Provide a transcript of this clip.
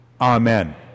amen